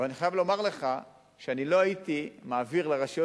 אבל אני חייב לומר לך שאני לא הייתי מעביר לרשויות